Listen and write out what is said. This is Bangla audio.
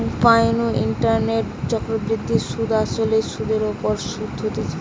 কম্পাউন্ড ইন্টারেস্টকে চক্রবৃদ্ধি সুধ আসলে সুধের ওপর শুধ হতিছে